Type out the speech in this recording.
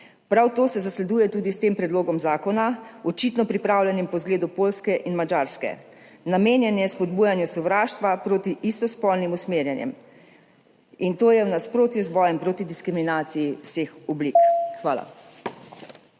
Prav to se zasleduje tudi s tem predlogom zakona, očitno pripravljenim po zgledu Poljske in Madžarske. Namenjen je spodbujanju sovraštva proti istospolno usmerjenim, in to je v nasprotju z bojem proti diskriminaciji vseh oblik. Hvala.